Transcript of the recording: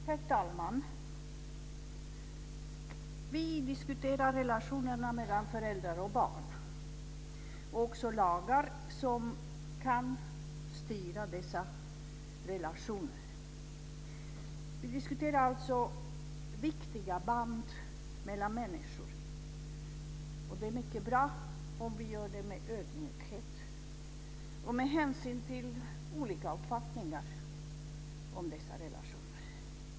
Herr talman! Vi diskuterar relationerna mellan föräldrar och barn och lagar som kan styra dessa relationer. Vi diskuterar alltså viktiga band mellan människor. Det är mycket bra om vi gör det med ödmjukhet och med hänsyn till olika uppfattningar om dessa relationer.